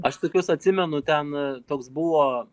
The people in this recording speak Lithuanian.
aš tokius atsimenu ten a toks buvo